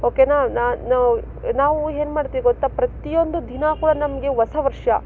ಓಕೆನಾ ನಾ ನಾವು ನಾವು ಏನ್ ಮಾಡ್ತೀವಿ ಗೊತ್ತಾ ಪ್ರತಿಯೊಂದು ದಿನ ಕೂಡ ನಮಗೆ ಹೊಸ ವರ್ಷ